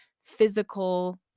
physical